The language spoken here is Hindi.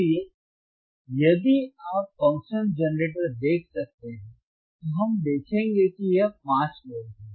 इसलिए यदि आप फ़ंक्शन जनरेटर देख सकते हैं तो हम देखेंगे कि यह 5 वोल्ट है